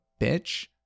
bitch